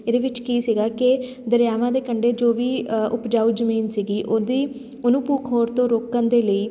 ਇਹਦੇ ਵਿੱਚ ਕੀ ਸੀਗਾ ਕਿ ਦਰਿਆਵਾਂ ਦੇ ਕੰਡੇ ਜੋ ਵੀ ਅ ਉਪਜਾਊ ਜਮੀਨ ਸੀਗੀ ਉਹਦੀ ਉਹਨੂੰ ਭੂ ਖੋਰ ਹੋਣ ਤੋਂ ਰੋਕਣ ਦੇ ਲਈ